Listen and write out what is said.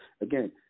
Again